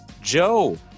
Joe